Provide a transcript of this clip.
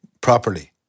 properly